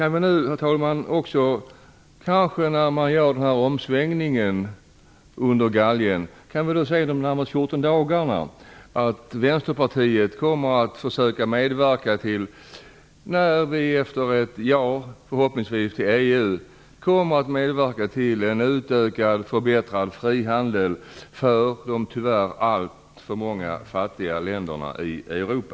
När nu Vänsterpartiet gör denna omsvängning under galgen kanske vi efter en 14 dagar, efter att vi förhoppningsvis har fått ett ja till EU, kommer att få se Vänsterpartiet medverka till en utökad och förbättrad frihandel för de tyvärr alltför många fattiga länderna i Europa.